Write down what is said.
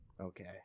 Okay